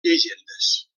llegendes